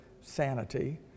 sanity